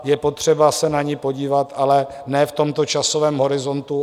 Je potřeba se na ni podívat, ale ne v tomto časovém horizontu.